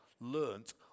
learnt